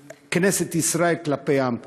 כנסת ישראל, כלפי העם.